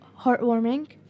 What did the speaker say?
heartwarming